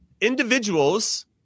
individuals